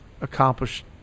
accomplished